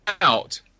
out